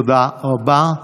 תודה רבה.